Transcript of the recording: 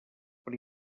per